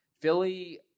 Philly